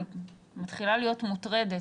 אני מתחילה להיות מוטרדת.